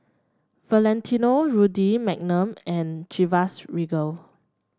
Valentino Rudy Magnum and Chivas Regal